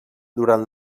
durant